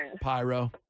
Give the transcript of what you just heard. Pyro